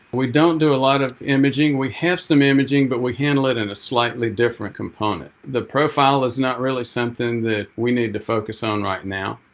we don't do a lot of imaging. we have some imaging, but we handle it in a slightly different component. the profile is not really something that we need to focus on right now.